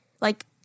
Like-